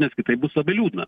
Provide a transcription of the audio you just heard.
nes kitaip bus labai liūdna